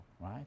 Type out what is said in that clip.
right